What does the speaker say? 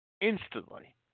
instantly